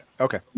okay